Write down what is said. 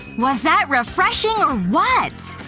was that refreshing or what!